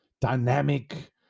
dynamic